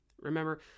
Remember